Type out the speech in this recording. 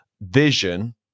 Vision